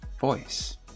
voice